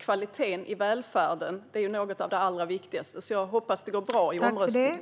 Kvaliteten i välfärden är något av det allra viktigaste, så jag hoppas att det går bra i omröstningen.